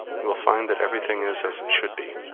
you will find that everything is as it should be,